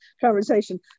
conversation